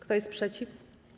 Kto jest przeciw?